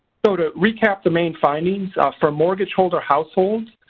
so to recap the main findings for mortgage holder households